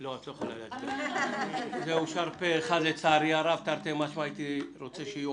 הצבעה בעד פה אחד הצעת תקנות הסעה בטיחותית לילדים ולפעוטות